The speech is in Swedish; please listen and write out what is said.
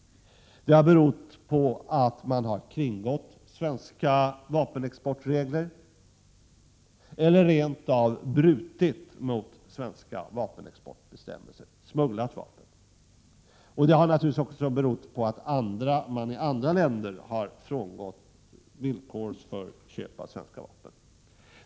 Det har berott på att man har kringgått svenska vapenexportregler eller rent av brutit mot svenska vapenexportbestämmelser, alltså smugglat vapen. Det har naturligtvis också berott på att man i andra länder har frångått villkoren för köp av svenska vapen.